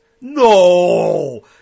No